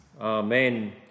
Amen